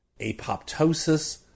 apoptosis